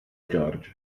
george